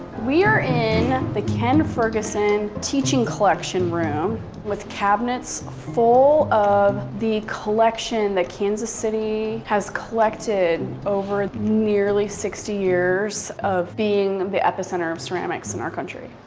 we are in the ken ferguson teaching collection room with cabinets full of the collection that kansas city has collected over nearly sixty years of being the epicenter of ceramics in our country.